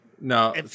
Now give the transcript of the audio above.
No